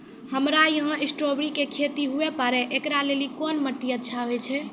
हमरा यहाँ स्ट्राबेरी के खेती हुए पारे, इकरा लेली कोन माटी अच्छा होय छै?